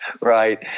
right